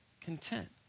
content